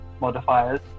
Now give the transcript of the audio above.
modifiers